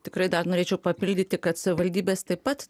tikrai dar norėčiau papildyti kad savivaldybės taip pat